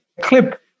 clip